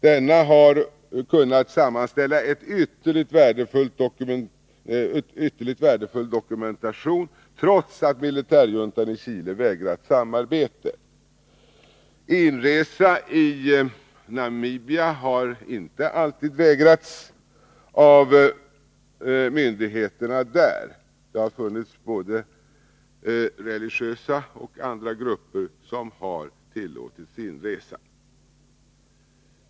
Denna har kunnat sammanställa en ytterligt värdefull dokumentation trots att militärjuntan i Chile vägrat samarbete. Inresa i Namibia har inte alltid vägrats av myndigheterna där. Både religiösa och andra grupper har tillåtits inresa.